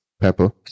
Pepper